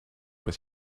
with